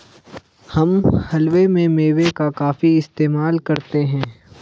हम हलवे में मेवे का काफी इस्तेमाल करते हैं